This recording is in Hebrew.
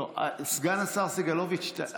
סגן השר סגלוביץ',